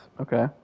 okay